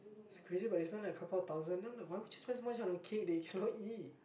it's crazy but they spend like a couple of thousand then why would you spend so much on a cake you cannot eat